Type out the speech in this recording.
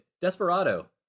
Desperado